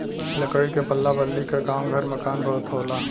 लकड़ी के पल्ला बल्ली क काम घर मकान में बहुत होला